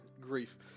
grief